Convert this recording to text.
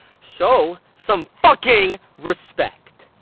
so some fucking respect!